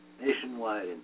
nationwide